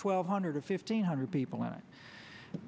twelve hundred fifty hundred people in it